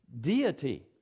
deity